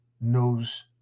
knows